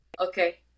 Okay